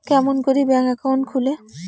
কেমন করি bank account খুলে?